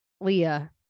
Leah